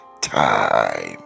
time